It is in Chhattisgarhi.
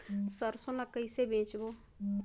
सरसो ला कइसे बेचबो?